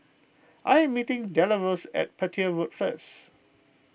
I am meeting Deloris at Petir Road first